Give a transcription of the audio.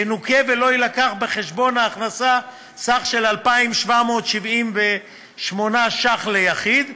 ינוכה ולא יובא בחשבון ההכנסה סך של 2,778 ש"ח ליחיד,